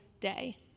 day